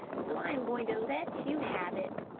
so i am going to let you have it.